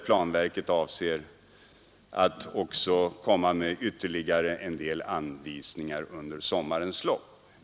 Planverket avser att utfärda ytterligare anvisningar under sommarens lopp.